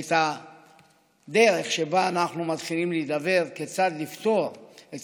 את הדרך שבה אנחנו מתחילים להידבר כיצד לפתור את